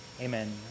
Amen